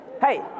Hey